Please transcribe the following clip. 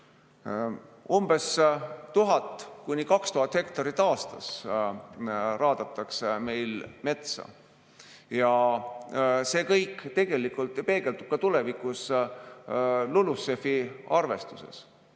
Umbes 1000–2000 hektarit aastas raadatakse meil metsa. See kõik tegelikult peegeldub ka tulevikus LULUCF‑i arvestuses.